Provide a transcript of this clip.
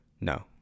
no